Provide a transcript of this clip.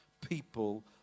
people